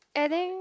adding